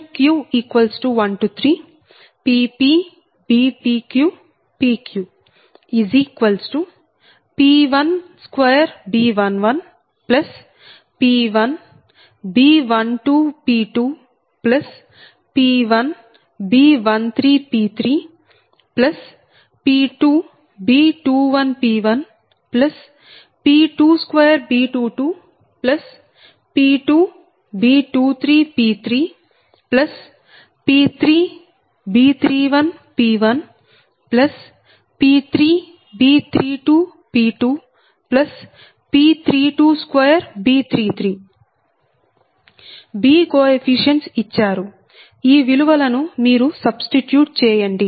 B coefficients ఇచ్చారు ఈ విలువలను మీరు సబ్స్టిట్యూట్ చేయండి